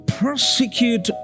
persecute